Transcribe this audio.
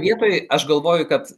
vietoj aš galvoju kad